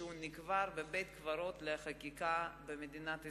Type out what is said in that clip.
שהוא נקבר בבית-קברות לחקיקה במדינת ישראל.